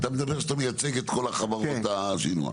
אתה מדבר שאתה מייצג את כל חברות השינוע.